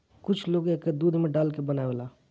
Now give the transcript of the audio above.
कुछ लोग एके दूध में डाल के बनावेला